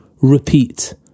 Repeat